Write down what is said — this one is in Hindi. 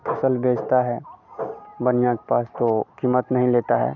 फसल बेचता है बनिया के पास तो कीमत नहीं लेता है